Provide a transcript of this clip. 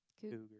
cougar